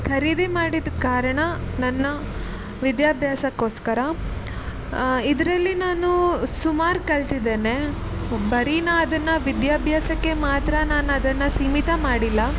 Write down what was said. ಖರೀದಿ ಮಾಡಿದ ಕಾರಣ ನನ್ನ ವಿದ್ಯಾಭ್ಯಾಸಕ್ಕೋಸ್ಕರ ಇದರಲ್ಲಿ ನಾನು ಸುಮಾರು ಕಲಿತಿದ್ದೇನೆ ಬರೀ ನಾನು ಅದನ್ನು ವಿದ್ಯಾಭ್ಯಾಸಕ್ಕೆ ಮಾತ್ರ ನಾನು ಅದನ್ನು ಸೀಮಿತ ಮಾಡಿಲ್ಲ